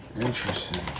Interesting